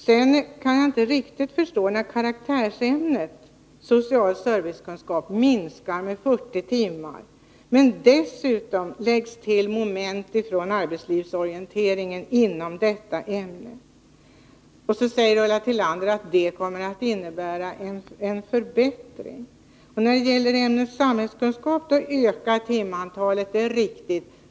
Jag kan vidare inte riktigt förstå hur det förhållandet att karaktärsämnet social servicekunskap skall minska med 40 timmar samtidigt som det läggs till moment från arbetslivsorienteringen kommer att, som Ulla Tillander säger, innebära en förbättring. När det gäller ämnet samhällskunskap ökar timantalet — det är riktigt.